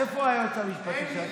איפה הייעוץ המשפטי של הכנסת?